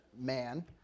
man